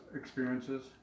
experiences